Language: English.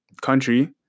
country